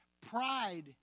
Pride